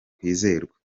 kwizerwa